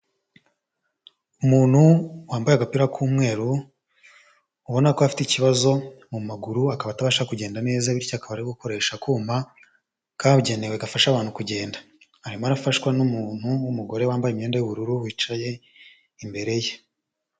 Umuntu wambaye agapira k'umweru, ubona ko afite ikibazo mu maguru akaba atabasha kugenda neza bityo akaba ari gukoresha akuma kabugenewe gafasha abantu kugenda, arimo arafashwa n'umuntu w'umugore wambaye imyenda y'ubururu wicaye imbere ye.